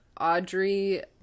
Audrey